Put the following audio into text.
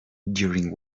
during